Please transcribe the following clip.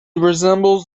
resembles